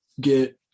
get